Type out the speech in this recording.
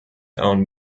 own